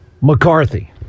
McCarthy